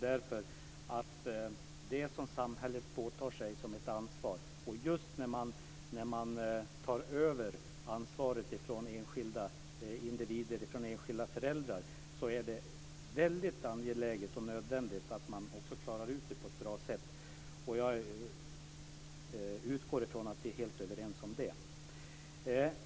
Just när samhället tar över ansvaret från enskilda föräldrar är det väldigt angeläget och nödvändigt att man också klarar ut det på ett bra sätt. Jag utgår ifrån att vi är helt överens om det.